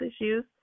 issues